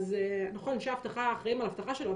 נכון שאנשי אבטחה אחראים על האבטחה שלו,